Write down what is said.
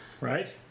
Right